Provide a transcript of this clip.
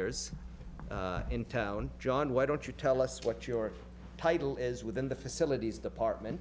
hires in town john why don't you tell us what your title is within the facilities department